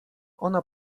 ona